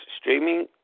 streaming